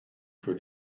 für